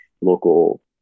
local